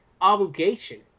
obligation